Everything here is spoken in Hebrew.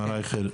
מר רייכר,